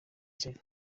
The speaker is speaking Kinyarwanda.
nzeli